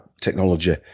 technology